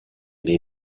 dei